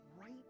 Right